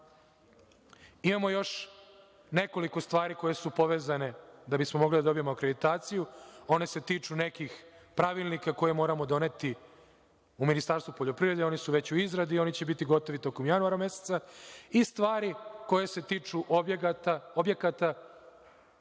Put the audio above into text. još nekoliko stvari koje su povezane da bismo mogli da dobijemo akreditaciju, one se tiču nekih pravilnika koje moramo doneti u Ministarstvu poljoprivrede. Oni su već u izradi i oni će biti gotovi tokom januara meseca, i stvari koje se tiču objekata, u